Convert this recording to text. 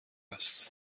است